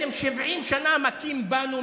אתם 70 שנה מכים בנו,